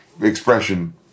expression